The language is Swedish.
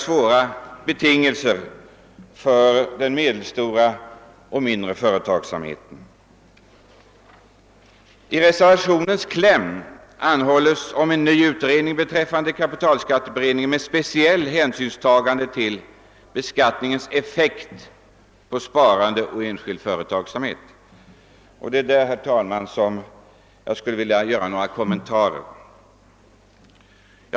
Om förslagen genomförs får den medelstora och mindre företagsamheten än sämre betingelser. I reservationens kläm anhålles om en ny utredning beträffande kapitalbeskattningen med speciellt hänsynstagande till beskattningens effekter på sparande och enskild företagsamhet. Jag skulle, herr talman, vilja göra några kommentarer till detta.